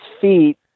feet